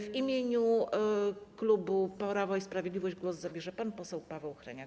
W imieniu klubu Prawo i Sprawiedliwość głos zabierze pan poseł Paweł Hreniak.